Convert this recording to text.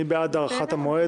מי בעד הארכת המועד?